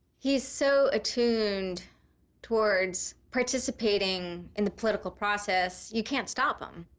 he is so atuned towards participating in the political process, you can't stop him.